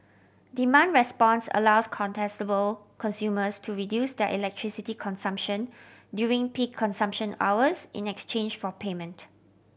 demand response allows contestable consumers to reduce their electricity consumption during peak consumption hours in exchange for payment